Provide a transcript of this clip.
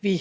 vi